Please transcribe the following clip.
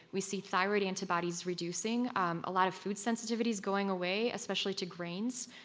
we see thyroid antibodies reducing um a lot of food sensitivities going away, especially to grains,